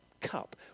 cup